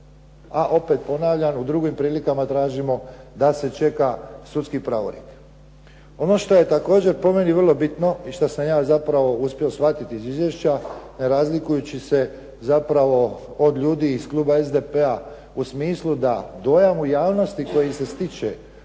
a opet ponavljam u drugim prilikama tražimo da se čeka sudski pravorijek. Ono što je također po meni vrlo bitno i što sam ja zapravo uspio shvatiti iz izvješća ne razlikujući se zapravo od ljudi iz kluba SDP-a u smislu da dojam u javnosti koji se stiče,